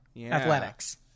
athletics